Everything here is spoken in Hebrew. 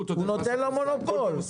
הוא נותן לו מונופול.